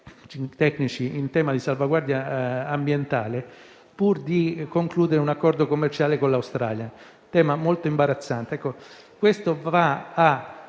in tema di salvaguardia ambientale pur di concludere un accordo commerciale con l'Australia; un tema molto imbarazzante.